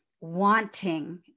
wanting